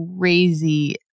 crazy